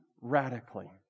radically